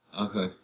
okay